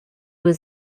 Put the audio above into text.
was